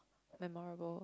memorable